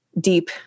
deep